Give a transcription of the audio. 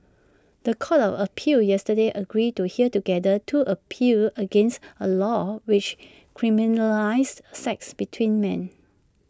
The Court of appeal yesterday agreed to hear together two appeals against A law which criminalises sex between men